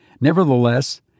Nevertheless